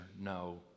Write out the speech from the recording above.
No